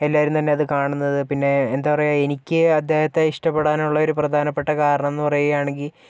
എല്ലാവരും തന്നെ അത് കാണുന്നത് പിന്നെ എന്താ പറയാ എനിക്ക് അദ്ദേഹത്തെ ഇഷ്ടപ്പെടാനുള്ള ഒരു പ്രധാനപ്പെട്ട കാരണമെന്നു പറയുകയാണെങ്കില്